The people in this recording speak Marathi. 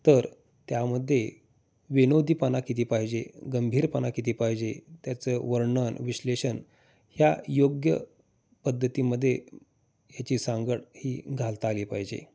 तर त्यामध्ये विनोदीपणा किती पाहिजे गंभीरपणा किती पाहिजे त्याचं वर्णन विश्लेषण ह्या योग्य पद्धतीमध्ये ह्याची सांगड ही घालता आली पाहिजे